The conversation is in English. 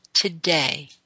today